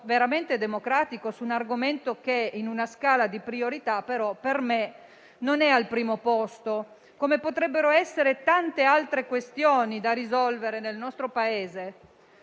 veramente democratico su un argomento che però, in una scala di priorità, per me non è al primo posto, come potrebbero essere invece tante altre questioni da risolvere nel nostro Paese.